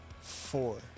Four